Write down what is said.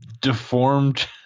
deformed